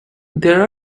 there